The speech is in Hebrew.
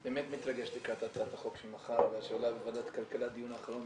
באמת מתרגש לקראת הצעת החוק של מחר שעולה בוועדת הכלכלה דיון האחרון,